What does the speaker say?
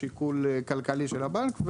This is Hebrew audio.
שיקול כלכלי של הבנק,